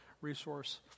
resource